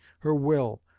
her will,